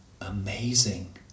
Amazing